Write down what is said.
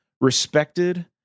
respected